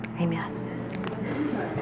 Amen